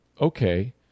okay